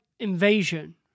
invasion